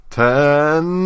ten